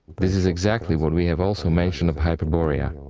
this is exactly what we have also mentioned of hyperborea,